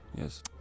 Yes